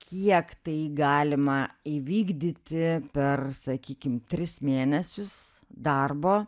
kiek tai galima įvykdyti per sakykim tris mėnesius darbo